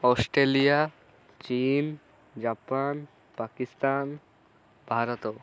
Australia ଚୀନ Japan Pakistan Bharat